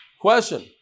Question